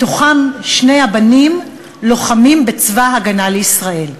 מתוכם, שני הבנים לוחמים בצבא הגנה לישראל.